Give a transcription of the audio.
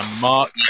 Mark